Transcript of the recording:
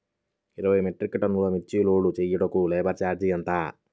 ఇరవై మెట్రిక్ టన్నులు మిర్చి లోడ్ చేయుటకు లేబర్ ఛార్జ్ ఎంత?